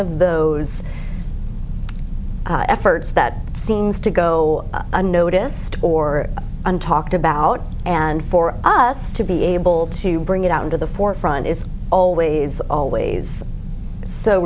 of those efforts that seems to go unnoticed or and talked about and for us to be able to bring it out into the forefront is always always so